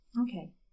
Okay